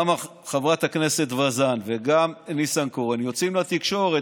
גם חברת הכנסת וזאן וגם ניסנקורן יוצאים לתקשורת